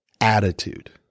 attitude